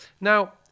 Now